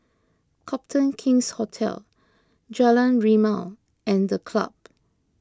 Copthorne King's Hotel Jalan Rimau and the Club